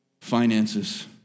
finances